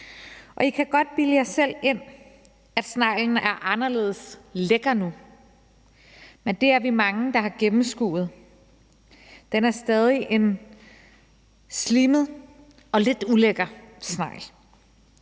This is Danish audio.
er. I kan godt bilde jer selv ind, at sneglen er anderledes lækker nu, men det er vi mange der har gennemskuet, for den er stadig en slimet og lidt ulækker snegl.